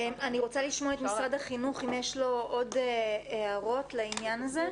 אני רוצה לשמוע את משרד החינוך אם יש לו עוד הערות לעניין הזה.